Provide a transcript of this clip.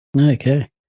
Okay